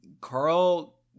Carl